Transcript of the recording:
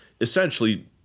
essentially